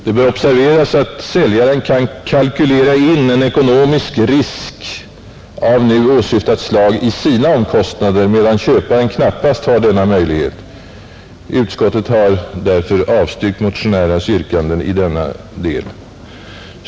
Det bör observeras att säljaren kan kalkylera in ekonomisk risk av nu åsyftat slag i sina omkostnader, medan köparen knappast har denna möjlighet. Utskottet har därför avstyrkt motionärernas yrkande i denna del.